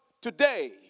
today